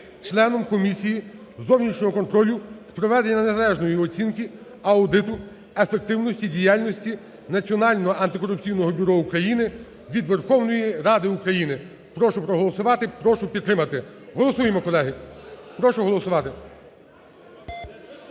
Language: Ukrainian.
членом Комісії зовнішнього контролю з проведення незалежної оцінки, аудиту ефективності діяльності Національного антикорупційного бюро України від Верховної Ради України. Прошу проголосувати, прошу підтримати. Голосуємо, колеги! Прошу голосувати.